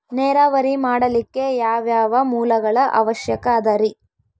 ನೇರಾವರಿ ಮಾಡಲಿಕ್ಕೆ ಯಾವ್ಯಾವ ಮೂಲಗಳ ಅವಶ್ಯಕ ಅದರಿ?